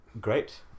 great